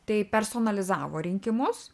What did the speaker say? tai personalizavo rinkimus